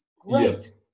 great